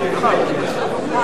פסק ההלכה שפורסם השבוע בחתימת כ-40